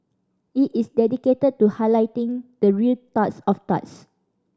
it is dedicated to highlighting the real turds of turds